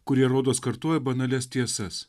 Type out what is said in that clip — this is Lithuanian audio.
kurie rodos kartoja banalias tiesas